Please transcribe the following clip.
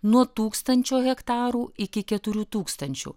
nuo tūkstančio hektarų iki keturių tūkstančių